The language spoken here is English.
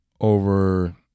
over